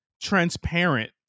transparent